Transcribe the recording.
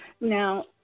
Now